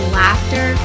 laughter